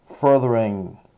Furthering